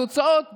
התוצאות בשטח,